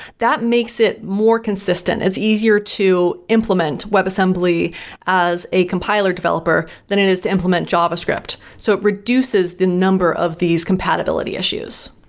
that makes it more consistent. it's easier to implement web assembly as a compiler developer than it is to implement java script. so it reduces the number of these compatibility issues.